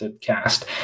cast